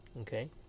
okay